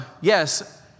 Yes